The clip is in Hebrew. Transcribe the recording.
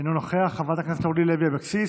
אינו נוכח, אורלי לוי אבקסיס,